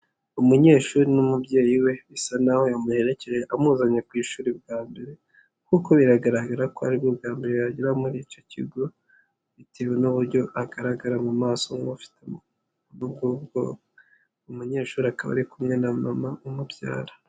Umunyeshuri n'umubyeyi we bisa naho yamuherekeje amuzanye ku ishuri bwa mbere kuko biragaragara ko aribwo bwa mbere yagera muri icyo kigo bitewe n'uburyo agaragara mu maso nk'ufite umunyeshuri akaba ari kumwe na mama umubyara.